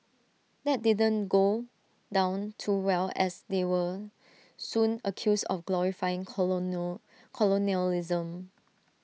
that didn't go down too well as they were soon accused of glorifying colonialism